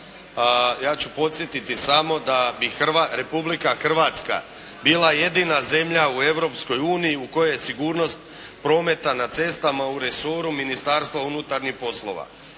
ja ću podsjetiti samo da bi Republika Hrvatska bila jedina zemlja u Europskoj uniji u kojoj je sigurnost prometa na cestama u resoru Ministarstva unutarnjih poslova.